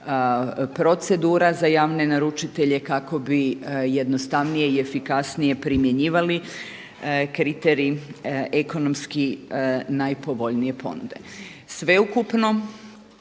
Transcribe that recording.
procedura za javne naručitelje kako bi jednostavnije i efikasnije primjenjivali kriterij ekonomski najpovoljnije ponude. Sveukupno